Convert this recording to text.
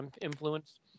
influence